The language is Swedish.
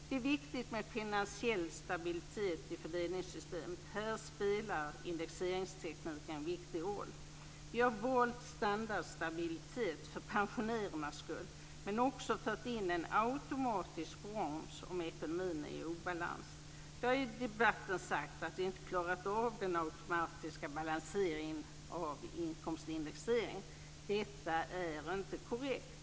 Det är viktigt med finansiell stabilitet i fördelningssystemet. Här spelar indexeringstekniken en viktig roll. Vi har valt standardstabilitet för pensionärernas skull men också fört in en automatisk broms om ekonomin är i obalans. Det har i debatten sagts att vi inte klarat av den automatiska balanseringen av inkomstindexeringen. Detta är inte korrekt.